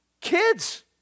kids